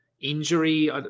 injury